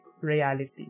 reality